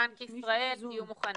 בנק ישראל, תהיו מוכנים.